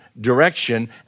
direction